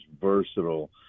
versatile